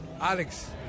Alex